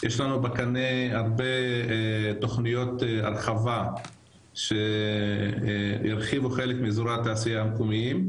יש לנו בקנה הרבה תוכניות הרחבה שהרחיבו חלק מאזורי התעשייה המקומיים,